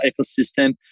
ecosystem